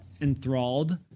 enthralled